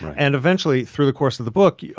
and eventually, through the course of the book, yeah